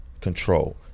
control